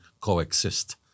coexist